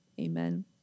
amen